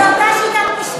וזו אותה שיטת משטר.